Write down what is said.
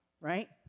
Right